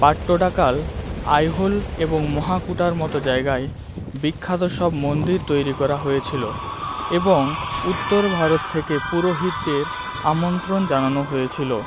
পাট্টডাকল আইহোল এবং মহাকুটার মতো জায়গায় বিখ্যাত সব মন্দির তৈরি করা হয়েছিলো এবং উত্তর ভারত থেকে পুরোহিতদের আমন্ত্রণ জানানো হয়েছিলো